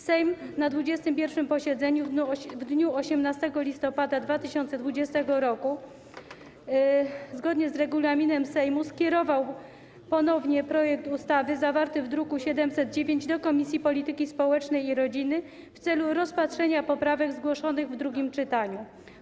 Sejm na 21. posiedzeniu w dniu 18 listopada 2020 r., zgodnie z regulaminem Sejmu, skierował ponownie projekt ustawy zawarty w druku nr 709 do Komisji Polityki Społecznej i Rodziny w celu rozpatrzenia poprawek zgłoszonych w drugim czytaniu.